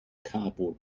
cardboard